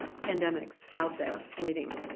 pandemics out there waiting.